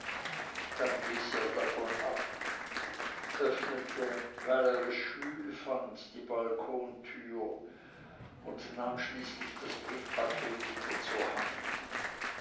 dann ließ er ab davon öffnete weil er es schwül fand die balkontür und nahm schließlich das briefpaket wieder zur hand